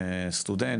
סטודנט,